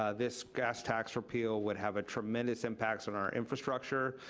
ah this gas tax repeal would have a tremendous impacts on our infrastructure,